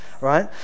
right